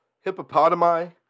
hippopotami